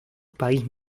país